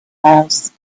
house